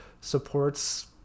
supports